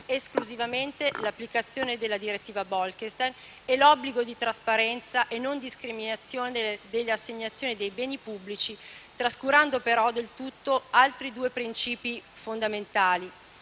esclusivamente l'applicazione della cosiddetta direttiva Bolkestein e l'obbligo di trasparenza e non discriminazione nell'assegnazione dei beni pubblici, trascurando però del tutto due altri principi fondamentali: